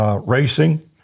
racing